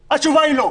התשובה היא לא.